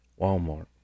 Walmart